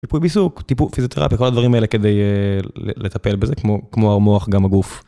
טיפוי ועיסוק טיפול פיזיותרפיה כל הדברים האלה כדי לטפל בזה כמו כמו המוח גם הגוף.